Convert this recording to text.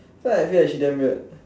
so actually right she damn weird